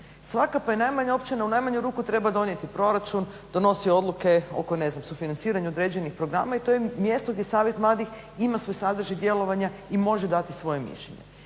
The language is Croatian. Svaka pa i najmanja općina u najmanju ruku treba donijeti proračun, donose odluke oko sufinanciranja određenih programa i to je mjesto gdje savjet mladih ima svoj sadržaj djelovanja i može dati svoje mišljenje.